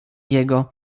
jego